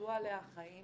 שנפלו עליה החיים